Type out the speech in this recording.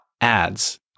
ads